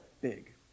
big